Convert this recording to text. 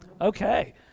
Okay